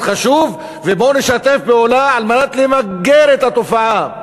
חשוב ובואו נשתף פעולה על מנת למגר את התופעה.